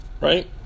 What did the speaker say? right